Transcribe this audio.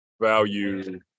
value